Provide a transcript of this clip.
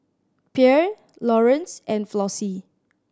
Pierre Lawrance and Flossie